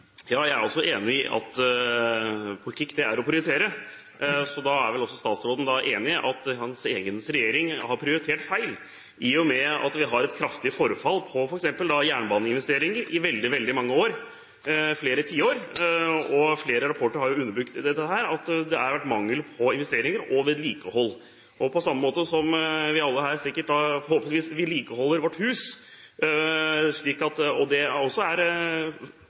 Ja, jeg er også enig i at politikk er å prioritere. Da er vel også statsråden enig i at hans egen regjering har prioritert feil, i og med at vi har hatt et kraftig forfall på f.eks. jernbaneinvesteringer i veldig mange år – flere tiår. Flere rapporter har underbygget at det har vært mangel på investeringer og vedlikehold. På samme måte som vi alle her sikkert vedlikeholder våre hus – tar vare på formuen man har – er det også